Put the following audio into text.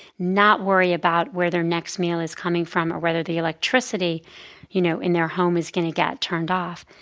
not worry about where their next meal is coming from or whether the electricity you know in their home is going to get turned off.